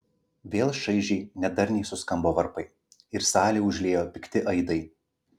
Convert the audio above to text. vėl šaižiai nedarniai suskambo varpai ir salę užliejo pikti aidai